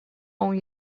اون